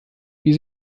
wie